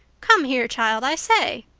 come here, child, i say.